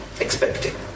expecting